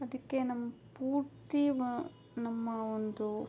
ಅದಕ್ಕೆ ನಮ್ಮ ಪೂರ್ತಿ ನಮ್ಮ ಒಂದು